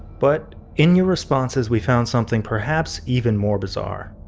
but, in your responses, we found something perhaps even more bizarre.